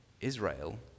Israel